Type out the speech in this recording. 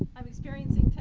i'm experiencing